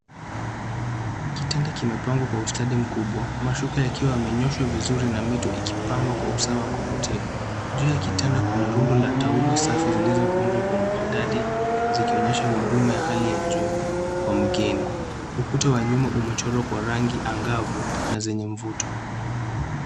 Kitanda kimepangwa cha ustadi mkubwa, mashuka yakiwa yamenyoshwa vizuri na mito ikipangwa kwa usawa wa kuvutia. Juu ya kitanda kuna rundo la taulo safi zilizokunjwa kwa umaridadi zikionyesha huduma ya hali ya juu, kwa mgeni. Ukuta wa nyuma umechorwa kwa rangi angavu, na zenye mvuto.